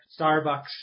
Starbucks